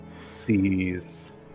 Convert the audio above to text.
sees